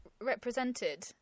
represented